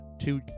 two